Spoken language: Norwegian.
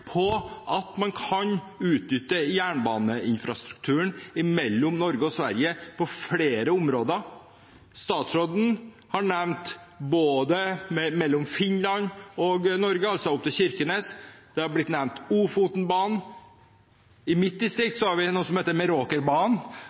i at man kan utnytte jernbaneinfrastrukturen mellom Norge og Sverige på flere områder. Statsråden har nevnt mellom Finland og Norge, altså opp til Kirkenes. Ofotbanen har blitt nevnt. I mitt distrikt har vi Meråkerbanen. Den er det ingen som har nevnt i dag, så